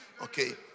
Okay